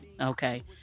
okay